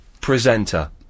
presenter